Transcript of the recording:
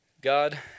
God